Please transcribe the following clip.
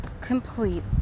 complete